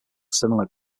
similar